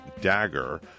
Dagger